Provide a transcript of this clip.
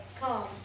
come